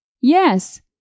Yes